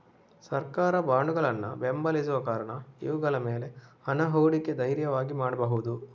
ಸರ್ಕಾರ ಬಾಂಡುಗಳನ್ನ ಬೆಂಬಲಿಸುವ ಕಾರಣ ಇವುಗಳ ಮೇಲೆ ಹಣ ಹೂಡಿಕೆ ಧೈರ್ಯವಾಗಿ ಮಾಡ್ಬಹುದು